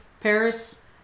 paris